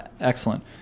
excellent